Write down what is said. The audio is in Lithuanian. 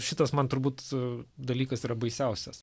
šitas man turbūt dalykas yra baisiausias